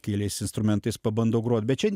keliais instrumentais pabandau grot bet čia